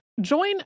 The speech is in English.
Join